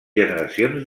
generacions